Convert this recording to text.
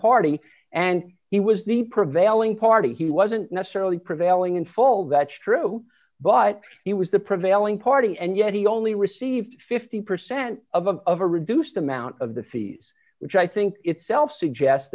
party and he was the prevailing party he wasn't necessarily prevailing in fall that's true but he was the prevailing party and yet he only received fifty percent of a reduced amount of the fees which i think itself suggest